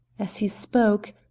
as he spoke,